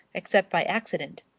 except by accident,